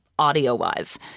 audio-wise